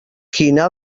quina